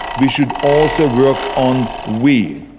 we should also work on we.